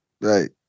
Right